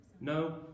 No